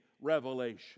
revelation